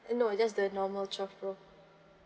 uh no just the normal twelve pro